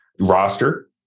roster